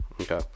Okay